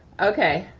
okay,